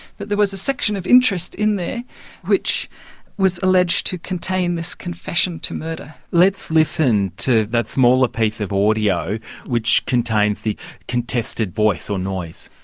but there was a section of interest in there which was alleged to contain this confession to murder. let's listen to that smaller piece of audio which contains the contested voice or noise.